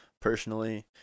personally